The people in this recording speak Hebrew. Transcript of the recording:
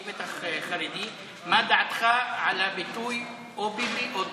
הוא בטח חרדי: מה דעתך על הביטוי "או ביבי או טיבי"?